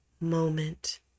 moment